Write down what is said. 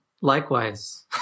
likewise